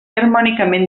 harmònicament